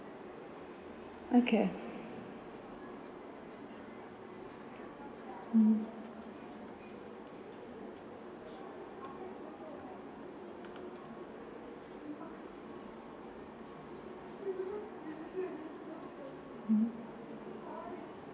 okay mmhmm mmhmm